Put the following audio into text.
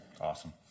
Awesome